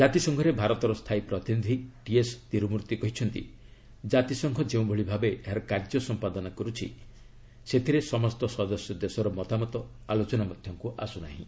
କାତିସଂଘରେ ଭାରତର ସ୍ଥାୟୀ ପ୍ରତିନିଧି ଟିଏସ୍ ତିରୁମ୍ଭର୍ଭି କହିଛନ୍ତି ଜାତିସଂଘ ଯେଉଁଭଳି ଭାବେ ଏହାର କାର୍ଯ୍ୟ ସମ୍ପାଦନା କରୁଛି ସେଥିରେ ସମସ୍ତ ସଦସ୍ୟ ଦେଶର ମତାମତ ଆଲୋଚନା ମଧ୍ୟକୁ ଆସୁନାହିଁ